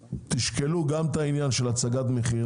תשקלו גם את העניין של הצגת מחיר,